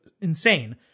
insane